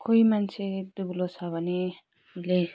कोही मान्छे दुब्लो छ भने ले